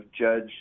Judge